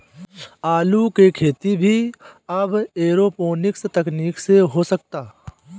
आलू के खेती भी अब एरोपोनिक्स तकनीकी से हो सकता